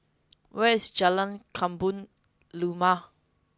where is Jalan Kebun Limau